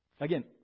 Again